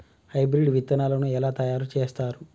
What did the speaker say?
Hybrid విత్తనాలను ఎలా తయారు చేస్తారు?